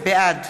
בעד